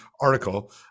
article